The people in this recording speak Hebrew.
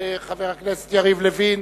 תודה רבה לחבר הכנסת יריב לוין,